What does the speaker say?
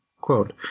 Quote